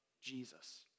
Jesus